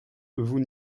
vous